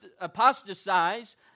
apostatize